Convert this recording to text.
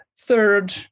Third